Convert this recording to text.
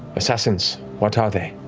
assassins, what are they?